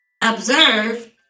Observe